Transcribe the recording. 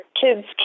kids